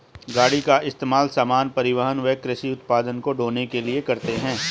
गाड़ी का इस्तेमाल सामान, परिवहन व कृषि उत्पाद को ढ़ोने के लिए करते है